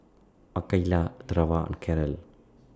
Makaila Treva and Carol